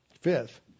Fifth